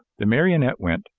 the marionette went,